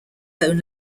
own